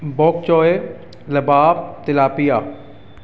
ਬੋਕ choy ਲਬਾਬ tilapia